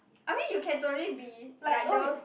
I mean you can totally be like those